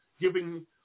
giving